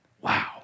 Wow